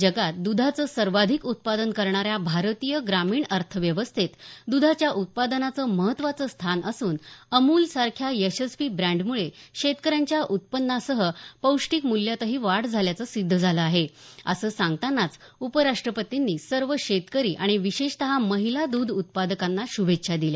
जगात द्धाचं सर्वाधिक उत्पादन करणाऱ्या भारतीय ग्रामीण अर्थव्यवस्थेत दधाच्या उत्पादनाचं महत्त्वाचं स्थान असून अमूल सारख्या यशस्वी ब्रँडमुळे शेतकऱ्यांच्या उत्पन्नासह पौष्टिक मूल्यातही वाढ झाल्याचं सिद्ध झालं आहे असं सांगतानाच उपराष्ट्रपतींनी सर्व शेतकरी आणि विशेषत महिला द्ध उत्पादकांना शुभेच्छा दिल्या